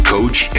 Coach